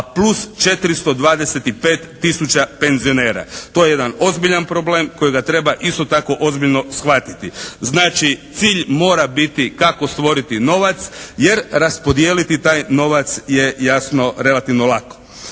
plus 425 tisuća penzionera. To je jedan ozbiljan problem kojega treba isto tako ozbiljno shvatiti. Znači cilj mora biti kako stvoriti novac jer raspodijeli taj novac je jasno relativno lako.